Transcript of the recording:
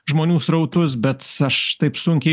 žmonių srautus bet aš taip sunkiai